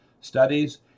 studies